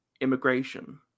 immigration